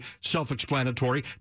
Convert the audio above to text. self-explanatory